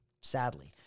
sadly